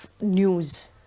news